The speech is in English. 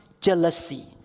jealousy